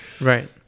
Right